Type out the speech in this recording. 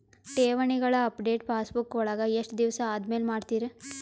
ಠೇವಣಿಗಳ update passbook ವಳಗ ಎಷ್ಟ ದಿವಸ ಆದಮೇಲೆ ಮಾಡ್ತಿರ್?